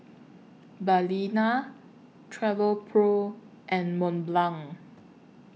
Balina Travelpro and Mont Blanc